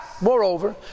Moreover